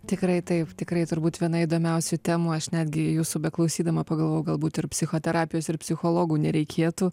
tikrai taip tikrai turbūt viena įdomiausių temų aš netgi jūsų beklausydama pagalvojau galbūt ir psichoterapijos ir psichologų nereikėtų